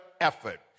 effort